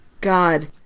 God